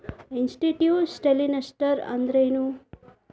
Institutional investors ಅಂದ್ರೇನು?